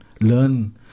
learn